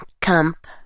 Camp